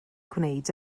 gwneud